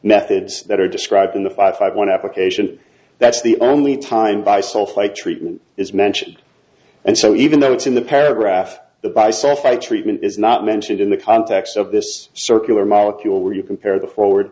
methods that are described in the five five one application that's the only time by sulfite treatment is mentioned and so even though it's in the paragraph the by suffolk treatment is not mentioned in the context of this circular molecule where you compare the forward